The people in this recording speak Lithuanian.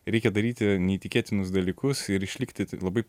reikia daryti neįtikėtinus dalykus ir išlikti labai